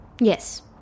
Yes